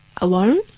alone